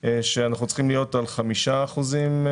כשאנחנו צריכים להיות על 5 אחוזים.